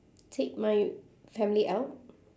take my family out